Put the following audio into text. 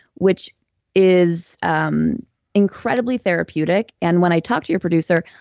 which is um incredibly therapeutic. and when i talked to your producer,